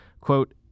Quote